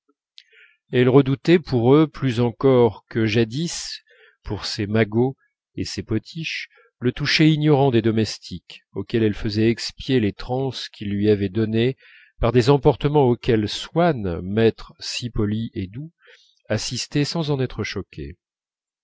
elle redoutait pour eux plus encore que jadis pour ses magots et ses potiches le toucher ignorant des domestiques auxquels elle faisait expier les transes qu'ils lui avaient données par des emportements auxquels swann maître si poli et doux assistait sans en être choqué